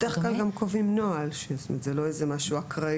בדרך כלל קובעים נוהל; זה לא משהו אקראי.